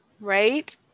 right